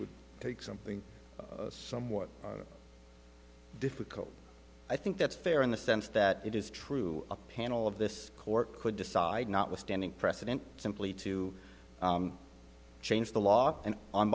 would take something some more difficult i think that's fair in the sense that it is true a panel of this court could decide not withstanding precedent simply to change the law and on